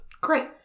Great